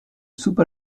soupe